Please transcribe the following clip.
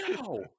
no